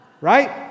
right